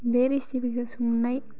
बे रेसिपिखौ संनाय